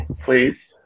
Please